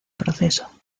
proceso